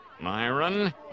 Myron